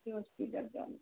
Jyoti